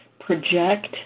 project